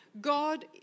God